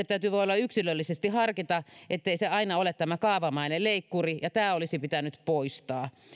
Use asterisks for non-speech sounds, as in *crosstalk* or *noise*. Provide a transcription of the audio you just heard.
*unintelligible* täytyy voida yksilöllisesti harkita ettei se aina ole tämä kaavamainen leikkuri ja tämä olisi pitänyt poistaa